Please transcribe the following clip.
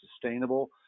sustainable